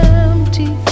empty